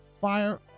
fire